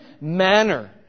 manner